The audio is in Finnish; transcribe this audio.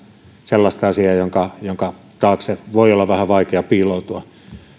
sellaista asiaa jonka jonka taakse voi olla vähän vaikea piiloutua